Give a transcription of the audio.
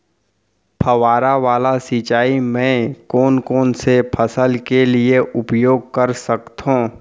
फवारा वाला सिंचाई मैं कोन कोन से फसल के लिए उपयोग कर सकथो?